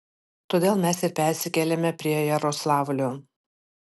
todėl mes ir persikėlėme prie jaroslavlio